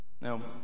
Now